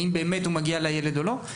אם באמת הוא מגיע לילד או לא.